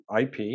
ip